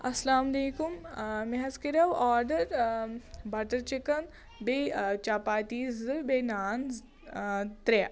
اَسلامُ علیکُم مےٚ حظ کَریو آرَڈر بَٹَر چِکَن بیٚیہِ چپاتی زٕ بیٚیہِ نان ترٛےٚ